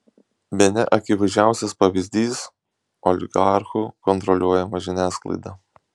bene akivaizdžiausias pavyzdys oligarchų kontroliuojama žiniasklaida